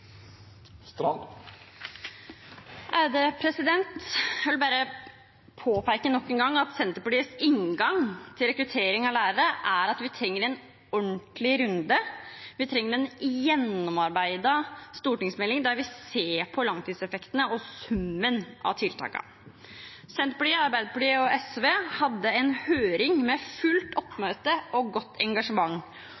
Jeg vil bare påpeke nok en gang at Senterpartiets inngang til rekruttering av lærere er at vi trenger en ordentlig runde, at vi trenger en gjennomarbeidet stortingsmelding, der vi ser på langtidseffektene og summen av tiltakene. Senterpartiet, Arbeiderpartiet og SV hadde en høring med fullt